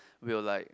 will like